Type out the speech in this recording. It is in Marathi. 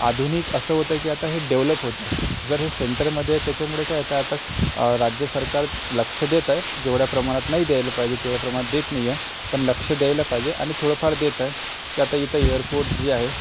आधुनिक असं होतं आहे की आता हे डेव्हलप होतं आहे जर हे सेंटरमध्ये आहे त्याच्यामुळे काय ते आता राज्य सरकार लक्ष देतं आहे जेवढ्या प्रमाणात नाही द्यायला पाहिजे तेवढ्या प्रमाणात देत नाही आहे पण लक्ष द्यायला पाहिजे आणि थोडेफार देतं आहे त्यात इथं एअरपोर्ट जे आहे